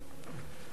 כנסת נכבדה,